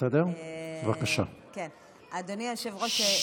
אדוני היושב-ראש,